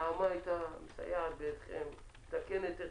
נעמה הייתה מסייעת בידכם, מתקנת אתכם.